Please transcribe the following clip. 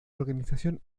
organización